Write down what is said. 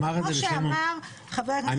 כמו שאמר חבר הכנסת פרוש --- אני